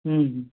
हम्म